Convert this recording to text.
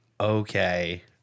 Okay